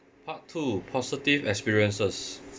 part two positive experiences